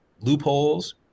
loopholes